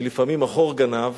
שלפעמים החור גנב